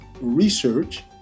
Research